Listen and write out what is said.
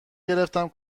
گرفتم